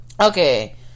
Okay